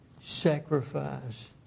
sacrifice